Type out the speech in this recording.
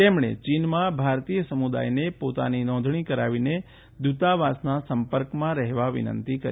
તેમણે ચીનમાં ભારતીય સમુદાયને પોતાની નોંધણી કરાવીને દુતાવાસના સંપર્કમાં રહેવા વિનંતી કરી